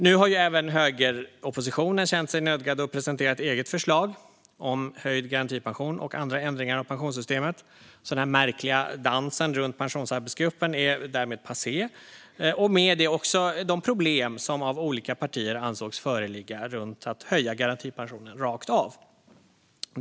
Nu har ju även högeroppositionen känt sig nödgad att presentera ett eget förslag om höjd garantipension och andra ändringar av pensionssystemet. Den här märkliga dansen runt pensionsarbetsgruppen är därmed passé, och med det även de problem som av olika partier ansågs föreligga runt att höja garantipensionen rakt av.